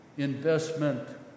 investment